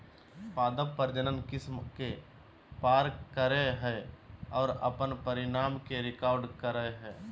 पादप प्रजनन किस्म के पार करेय हइ और अपन परिणाम के रिकॉर्ड करेय हइ